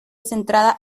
centrada